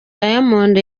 diamond